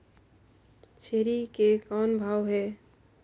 छेरी के कौन भाव हे?